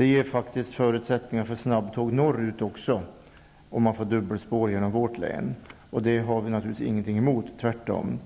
Om vi får dubbelspår genom vårt län får vi faktiskt förutsättningar också för snabbtåg norrut, och det har vi naturligtvis ingenting emot, tvärtom.